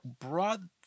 broad